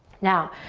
now,